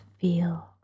feel